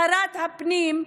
שרת הפנים,